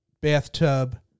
bathtub